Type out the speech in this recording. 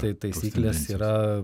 tai taisyklės yra